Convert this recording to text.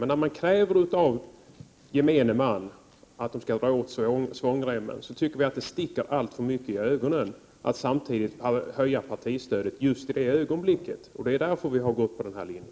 Men när man av gemene man kräver att svångremmen skall dras åt tycker vi det sticker i ögonen att just i det ögonblicket begära höjning av partistödet. Det är därför vi har valt vår linje.